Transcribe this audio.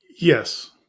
Yes